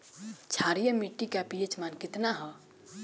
क्षारीय मीट्टी का पी.एच मान कितना ह?